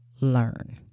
learn